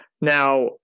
now